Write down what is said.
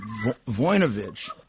Voinovich